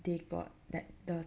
they got that the